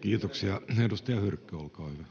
Kiitoksia. — Edustaja Hyrkkö, olkaa hyvä.